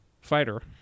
fighter